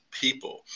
people